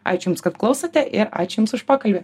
aš jums kad klausote ir ačiū jums už pokalbį